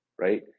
right